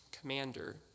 commander